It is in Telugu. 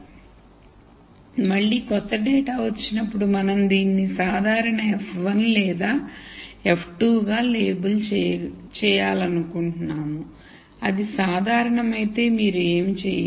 కాబట్టి మళ్ళీ క్రొత్త డేటా వచ్చినప్పుడు మనం దీనిని సాధారణ f1 లేదా f2 గా లేబుల్ చేయాలనుకుంటున్నాము అది సాధారణమైతే మీరు ఏమీ చేయరు